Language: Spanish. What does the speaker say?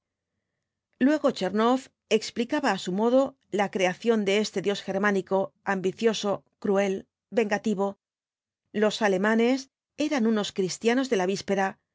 luego tchernoff explicaba á su modo la creación de este dios germánico ambicioso cruel vengativo lo alemanes eran unos cristianos de la víspera